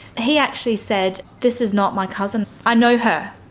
he actually said, this is not my cousin. i know her,